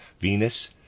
Venus